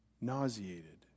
nauseated